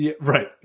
Right